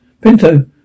Pinto